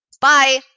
Bye